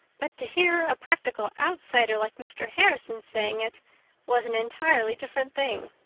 but to hear a practical outsider like mr. harrison saying it was an entirely different thing.